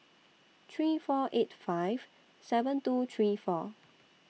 three four eight five seven two three four